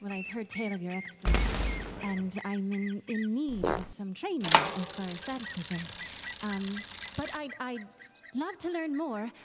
but i've heard tell of your exploits and i'm in in need of some training as far as that is concerned but i'd i'd love to learn more.